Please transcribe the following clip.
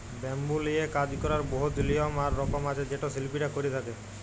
bamboo লিয়ে কাজ ক্যরার বহুত লিয়ম আর রকম আছে যেট শিল্পীরা ক্যরে থ্যকে